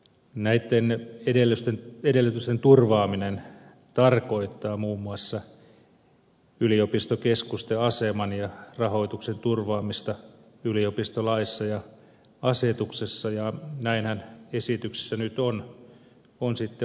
näitten edellytysten turvaaminen tarkoittaa muun muassa yliopistokeskusten aseman ja rahoituksen turvaamista yliopistolaissa ja asetuksessa ja näinhän esityksessä nyt on sitten olemassakin